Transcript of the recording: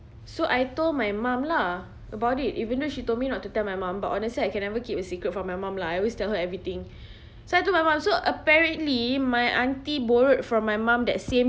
so I told my mum lah about it even though she told me not to tell my mum but honestly I can never keep a secret from my mum lah I always tell her everything so I told my mom so apparently my auntie borrowed from my mum that same